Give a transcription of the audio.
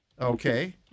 Okay